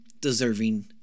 deserving